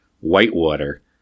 Whitewater